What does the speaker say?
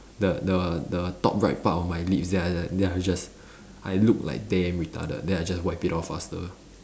the the the top right part of my lips then I just then I just I look like damn retarded then I just wipe it off faster